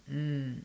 mm